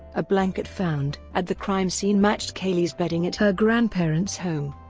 a blanket found at the crime scene matched caylee's bedding at her grandparents' home.